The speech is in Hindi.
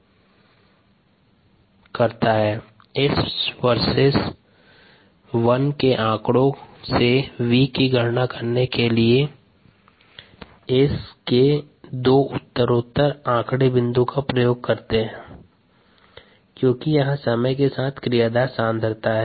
संदर्भ स्लाइड टाइम 2740 S वर्सेज बनाम t के आंकड़ो से v की गणना करने के लिए S के दो उत्तरोत्तर आंकड़े बिंदु का उपयोग करते है क्योंकि यहाँ समय के साथ क्रियाधार सांद्रता है